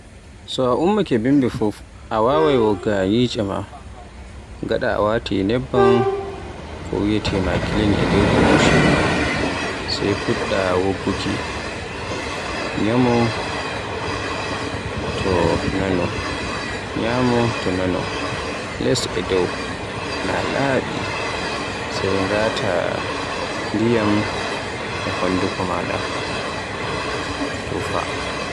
So a ummaake bimbi fuf a waawai wogga nyicce ma. Gaɗa a wati nebban ko wiyeete makilin e dow burushiyel ma. Sai fuɗɗa wogguki nyamo to naano. Nyamo to naano. Les e dow naa laaɓi sai ngata ndiyam e honduko maaɗa tufa.